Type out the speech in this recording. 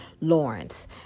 Lawrence